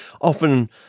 often